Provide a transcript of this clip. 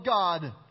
God